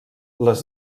les